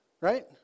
Right